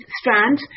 Strand